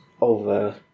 over